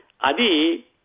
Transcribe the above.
Adi